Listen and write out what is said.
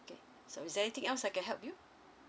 okay so is there anything else I can help you